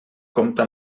compta